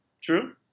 True